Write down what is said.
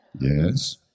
Yes